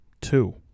Two